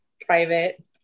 private